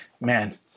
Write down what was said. man